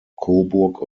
coburg